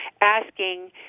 asking